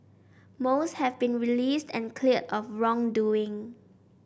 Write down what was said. most have been released and cleared of wrongdoing